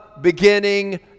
beginning